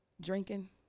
drinking